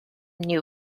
new